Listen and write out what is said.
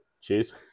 Cheers